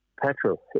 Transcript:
petrol